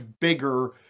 bigger